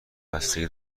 بستگی